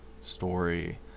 story